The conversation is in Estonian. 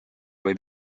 võib